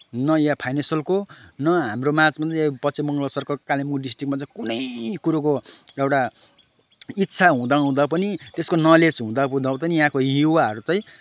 न यहाँ फाइनेनसियलको न हाम्रोमा पश्चिम बङ्गाल सरकारको कालिम्पोङ डिस्ट्रिकमा चाहिँ कुनै कुरोको एउटा इच्छा हुँदा हुँदा पनि त्यसको नलेज हुँदा हुँदा पनि यहाँको युवाहरू चाहिं